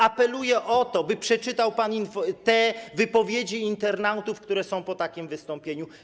Apeluję o to, by przeczytał pan te wypowiedzi internautów, które są po takim wystąpieniu.